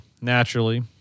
naturally